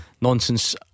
nonsense